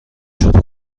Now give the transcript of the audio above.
شروع